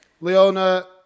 Leona